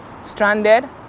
stranded